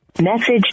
Message